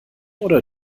oder